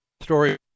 story